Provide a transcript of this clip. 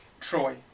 Troy